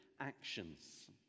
actions